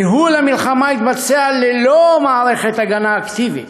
ניהול המלחמה התבצע ללא מערכת הגנה אקטיבית,